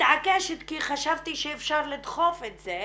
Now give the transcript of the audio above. מתעקשת כי חשבתי שאפשר לדחוף את זה,